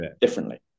differently